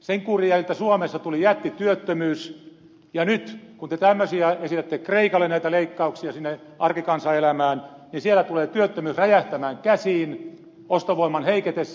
sen kuurin jäljiltä suomessa tuli jättityöttömyys ja nyt kun te tämmöisiä esitätte kreikalle näitä leikkauksia sinne arkikansan elämään siellä tulee työttömyys räjähtämään käsiin ostovoiman heiketessä